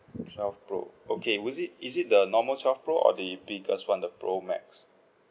twelve pro okay was it is it the normal twelve pro or the biggest [one] the pro max